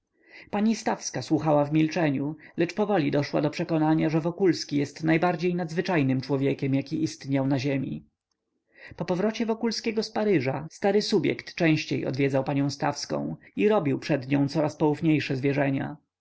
pani stawska słuchała w milczeniu lecz powoli doszła do przekonania że wokulski jest najbardziej nadzwyczajnym człowiekiem jaki istniał na ziemi po powrocie wokulskiego z paryża stary subjekt częściej odwiedział panią stawską i robił przed nią coraz poufniejsze zwierzenia